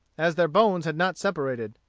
as their bones had not separated.